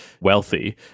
wealthy